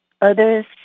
others